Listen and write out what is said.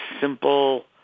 simple